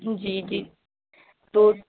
جی جی تو